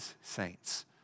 saints